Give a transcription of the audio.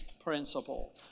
principle